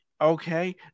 okay